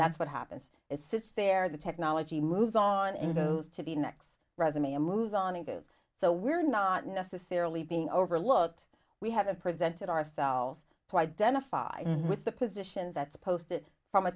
that's what happens is sits there the technology moves on and goes to the next resume and moves on and goes so we're not necessarily being overlooked we haven't presented ourselves to identify with the positions that's posted from a